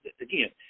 again